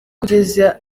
kugeza